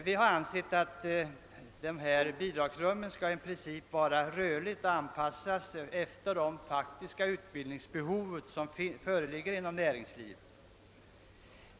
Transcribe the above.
Vi har ansett att bidragsrummens älital i princip skall vara rörligt och anpassas efter de faktiska utbildningsbehov som föreligger inom näringslivet.